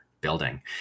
building